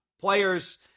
players